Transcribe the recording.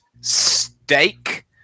steak